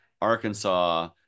Arkansas